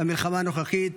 במלחמה הנוכחית.